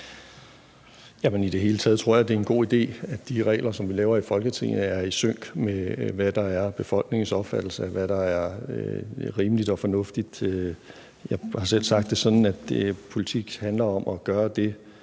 I det hele taget tror jeg, det er en god idé, at de regler, som vi laver i Folketinget, er i sync med, hvad der er befolkningens opfattelse af, hvad der er rimeligt og fornuftigt. Jeg har selv sagt det sådan, at politik handler om at gøre det,